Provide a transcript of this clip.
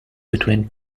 between